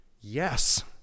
Yes